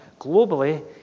globally